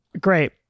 Great